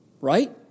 right